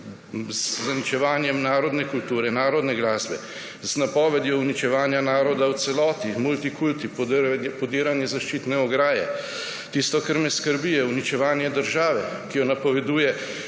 z zaničevanjem narodne kulture, narodne glasbe, z napovedjo uničevanja naroda v celoti, multikulti, podiranje zaščitne ograje. Tisto, kar me skrbi, je uničevanje države, ki jo napoveduje